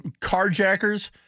carjackers